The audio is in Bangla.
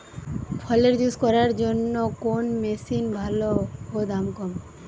ফলের জুস করার জন্য কোন মেশিন ভালো ও দাম কম?